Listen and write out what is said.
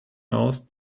aus